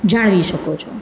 જાળવી શકો છો